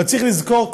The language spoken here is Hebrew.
אבל צריך לזכור,